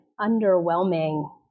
underwhelming